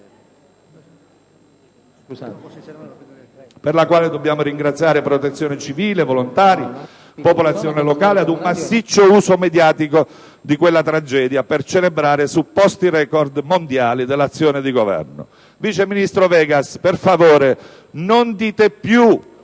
per il quale dobbiamo ringraziare Protezione civile, volontari e popolazione locale, ad un massiccio uso mediatico di quella tragedia per celebrare supposti record mondiali dell'azione di governo. Signor vice ministro Vegas, per favore, non dite più